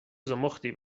زخمتی